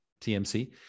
TMC